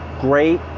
great